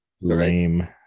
Lame